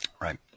Right